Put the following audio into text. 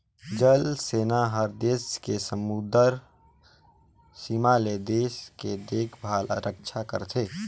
जल सेना हर देस के समुदरर सीमा ले देश के देखभाल रक्छा करथे